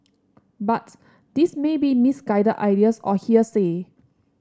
but these may be misguided ideas or hearsay